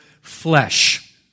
flesh